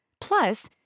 Plus